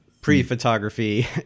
pre-photography